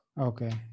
Okay